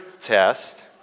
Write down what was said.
test